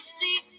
see